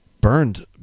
burned